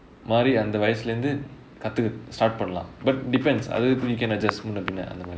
மாரி அந்த வயசுலை இருந்து கத்துக்க:maari antha vayasulai irunthu katthuka start பண்ணலாம்:pannalaam but depends அது:athu we can adjust மின்ன பின்ன:minna pinna